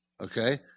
Okay